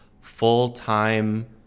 full-time